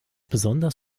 besonders